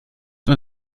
man